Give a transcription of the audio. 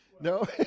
no